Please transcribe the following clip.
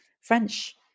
French